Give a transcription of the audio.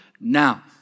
now